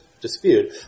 dispute